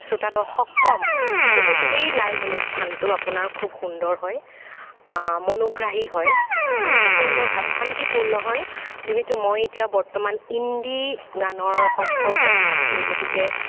শ্ৰোতাদৰ্শক কম কিন্তু সেই লাইভ অনুষ্ঠানটো আপোনাৰ খুব সুন্দৰ হয় মনোগ্ৰাহী হয় শান্তিপূৰ্ণ শান্তিপূৰ্ণ হয় যিহেতু মই এতিয়া বৰ্তমান ইন্দী গানৰ সংস্পৰ্শত আছোঁ গতিকে